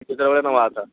କେତେଟାବେଳେ ନେବା କଥା